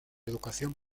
educación